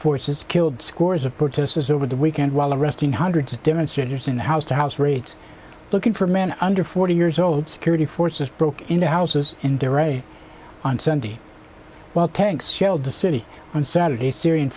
forces killed scores of protesters over the weekend while arresting hundreds of demonstrators in the house to house raids looking for men under forty years old security forces broke into houses in the rain on sunday while tanks shelled the city on saturday syrian